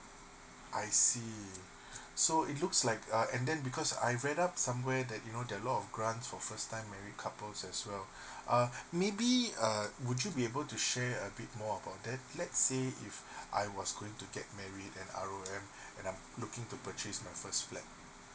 I see so it looks like uh and then because I read up somewhere that you know there're a lot of grants for first time married couples as well uh maybe uh would you be able to share a bit more about that let's say if I was going to get married and R_O_M looking to purchase my first flat